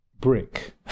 brick